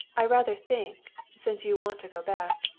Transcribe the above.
i rather think, since you want to go back,